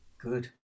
good